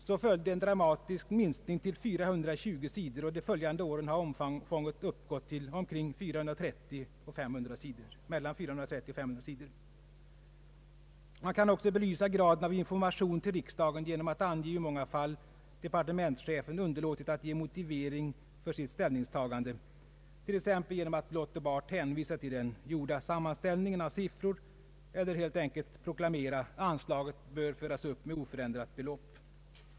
Så följde en dramatisk minskning till 420 sidor, och de följande åren har omfånget uppgått till mellan 430 och 500 sidor. Man kan också belysa graden av information till riksdagen genom att ange i hur många fall departementschefen underiåtit att ge motivering för sitt ställningstagande, t.ex. genom att blott och bart hänvisa till den gjorda sammanställningen av siffror eller helt enkelt proklamera att ”anslaget bör föras upp med oförändrat belopp”.